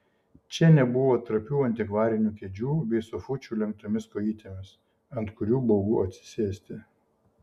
čia nebuvo trapių antikvarinių kėdžių bei sofučių lenktomis kojytėmis ant kurių baugu atsisėsti